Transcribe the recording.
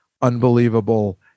unbelievable